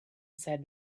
said